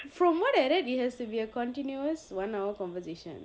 from what I read it has to be a continuous one hour conversation